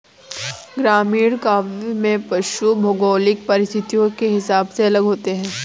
ग्रामीण काव्य में पशु भौगोलिक परिस्थिति के हिसाब से अलग होते हैं